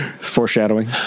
foreshadowing